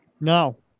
No